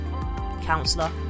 Counselor